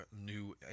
new